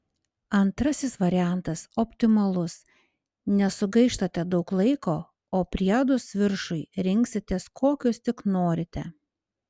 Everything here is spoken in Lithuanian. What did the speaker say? antrasis variantas optimalus nesugaištate daug laiko o priedus viršui rinksitės kokius tik norite